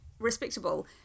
Respectable